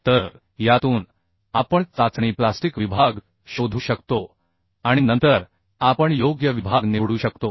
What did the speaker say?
तर यातून आपण चाचणी प्लास्टिक विभाग शोधू शकतो आणि नंतर आपण योग्य विभाग निवडू शकतो